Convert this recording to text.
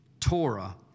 Torah